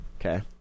Okay